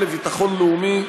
המטה לביטחון לאומי,